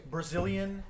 Brazilian